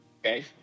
Okay